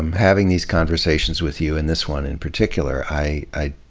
and having these conversations with you, and this one in particular, i i